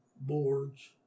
boards